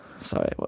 Sorry